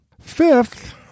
Fifth